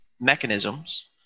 mechanisms